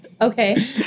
okay